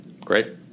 great